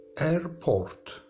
airport